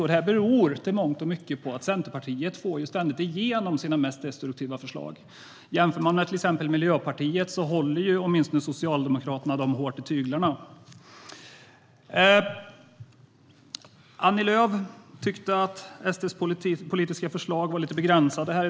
Detta beror till mångt och mycket på att Centerpartiet ständigt får igenom sina mest destruktiva förslag. Socialdemokraterna håller åtminstone Miljöpartiet hårt i tyglarna. Annie Lööf tyckte att SD:s politiska förslag var lite begränsade.